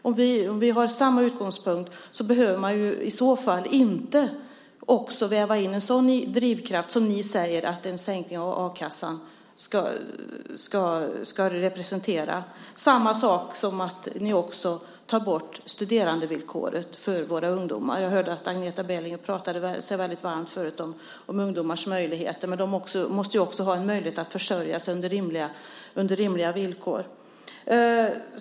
Om vi har samma utgångspunkt behöver ni inte väva in en sådan drivkraft som ni säger att en sänkning av a-kassan ska vara. Ni tar också bort studerandevillkoret för våra ungdomar. Jag hörde att Agneta Berliner pratade sig varm för ungdomars möjligheter. De måste också ha möjlighet att försörja sig på rimliga villkor.